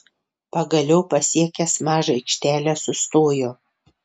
pagaliau pasiekęs mažą aikštelę sustojo